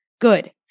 good